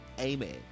Amen